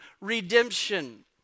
redemption